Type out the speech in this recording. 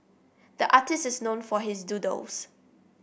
the artist is known for his doodles